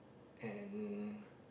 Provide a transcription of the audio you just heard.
and